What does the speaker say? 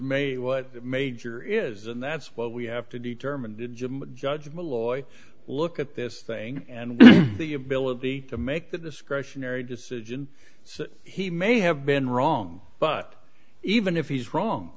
may what major is and that's what we have to determine judgment lloyd look at this thing and the ability to make the discretionary decision so he may have been wrong but even if he's wrong